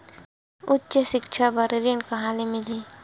उच्च सिक्छा बर ऋण कहां ले मिलही?